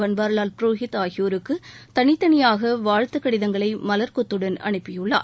பன்வாரிலால் புரோஹித் ஆகியோருக்கு தனித்தனியாக வாழ்த்துக் கடிதங்களை மலர் கொத்துடன் அனுப்பியுள்ளார்